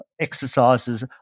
exercises